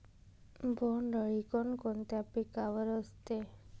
बोंडअळी कोणकोणत्या पिकावर असते?